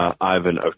ivan